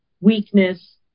weakness